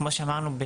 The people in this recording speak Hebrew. כמו שאמרנו,